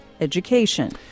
education